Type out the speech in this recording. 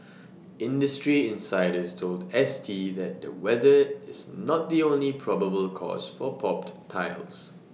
industry insiders told S T that the weather is not the only probable cause for popped tiles